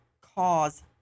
cause